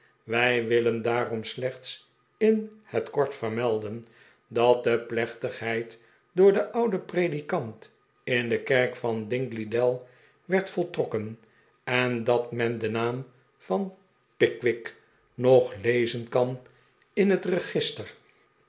wij willen daarom slechts in het kort vermelden dat de plechtigheid door den ouden predikant in de kerk van dingleydell werd voltrokken en dat men den naam van pickwick nog lezen kan in het register